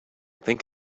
think